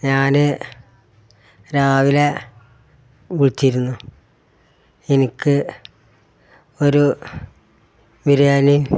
ഞാന് രാവിലെ വിളിച്ചിരുന്നു എനിക്ക് ഒരു ബിരിയാണി